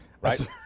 right